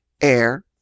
air